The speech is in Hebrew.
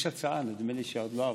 יש הצעה, נדמה לי שעוד לא עברה,